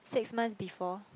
six months before